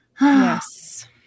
Yes